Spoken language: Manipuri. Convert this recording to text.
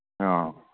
ꯑꯥ